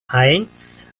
eins